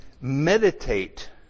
meditate